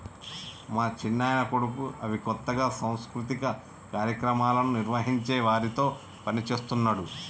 మా చిన్నాయన కొడుకు అవి కొత్తగా సాంస్కృతిక కార్యక్రమాలను నిర్వహించే వారితో పనిచేస్తున్నాడు